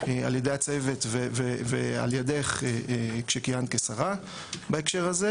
ע"י הצוות ועל ידך כשכיהנת כשרה בהקשר הזה,